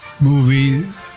movie